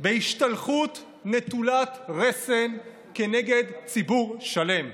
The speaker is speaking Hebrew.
בהשתלחות נטולת רסן כנגד ציבור שלם,